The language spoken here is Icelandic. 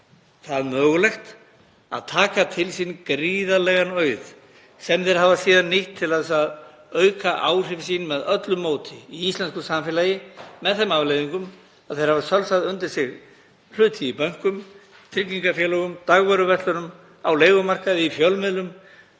það mögulegt að taka til sín gríðarlegan auð sem þeir hafa síðan nýtt til að auka áhrif sín með öllu móti í íslensku samfélagi, með þeim afleiðingum að þeir hafa sölsað undir sig hluti í bönkum, tryggingafélögum, dagvöruverslunum, á leigumarkaði, í fjölmiðlum,